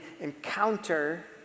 encounter